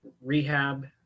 rehab